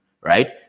right